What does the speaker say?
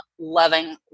loving